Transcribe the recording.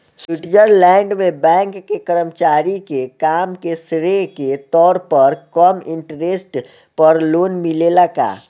Switzerland में bank के कर्मचारी के काम के श्रेय के तौर पर कम इंटरेस्ट पर लोन मिलेला का?